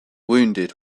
wounded